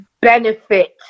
benefit